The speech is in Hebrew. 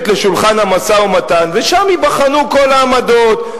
לשולחן המשא-ומתן ושם ייבחנו כל העמדות,